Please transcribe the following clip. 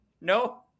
no